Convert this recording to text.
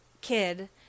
kid